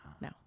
No